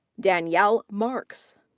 danielle marks.